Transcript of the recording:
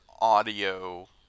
audio